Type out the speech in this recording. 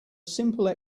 simple